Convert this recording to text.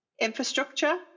infrastructure